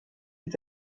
est